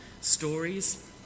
stories